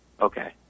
Okay